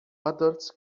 adults